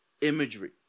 imagery